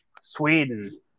Sweden